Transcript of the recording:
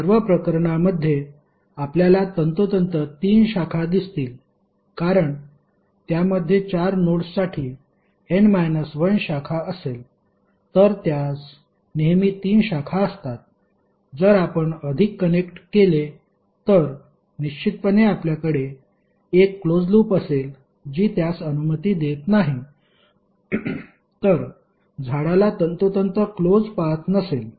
सर्व प्रकरणांमध्ये आपल्याला तंतोतंत तीन शाखा दिसतील कारण त्यामध्ये चार नोड्ससाठी n 1 शाखा असेल तर त्यास नेहमी तीन शाखा असतात जर आपण अधिक कनेक्ट केले तर निश्चितपणे आपल्याकडे एक क्लोज लूप असेल जी त्यास अनुमती देत नाही तर झाडाला तंतोतंत क्लोज पाथ नसेल